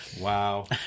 Wow